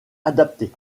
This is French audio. adapté